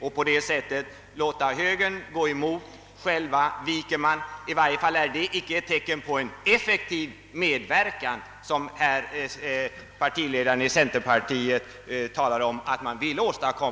förslaget. Man lät högern gå emot socialdemokraterna, själv vek man undan. Det är i varje fall inte något bevis för den effektiva medverkan som centerpartiledaren talade om.